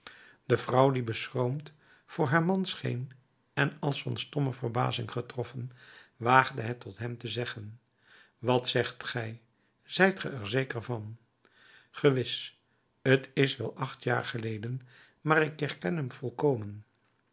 de vrouw die beschroomd voor haar man scheen en als van stomme verbazing getroffen waagde het tot hem te zeggen wat zegt gij zijt ge er zeker van gewis t is wel acht jaar geleden maar ik herken hem volkomen